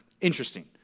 interesting